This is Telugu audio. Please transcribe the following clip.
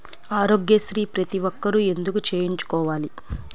ఆరోగ్యశ్రీ ప్రతి ఒక్కరూ ఎందుకు చేయించుకోవాలి?